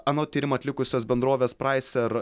anot tyrimą atlikusios bendrovės praiser